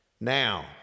Now